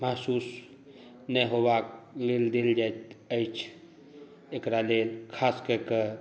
महसुस नहि होबाक लेल देल जाइत अछि एकरा लेल खास कए कऽ